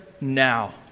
now